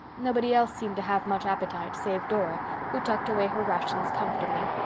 nobody else seemed to have much appetite, save dora, who tucked away her rations comfortably.